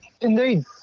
Indeed